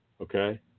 Okay